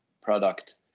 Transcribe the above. product